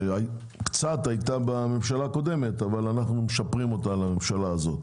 קצת הייתה בממשלה הקודמת אבל אנחנו בממשלה הזאת משפרים אותה.